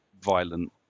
violent